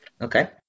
Okay